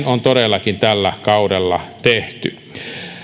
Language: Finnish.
on todellakin tällä kaudella tehty